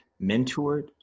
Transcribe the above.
mentored